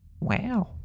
Wow